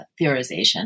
theorization